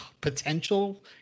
potential